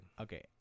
Okay